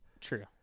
True